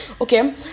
okay